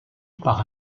par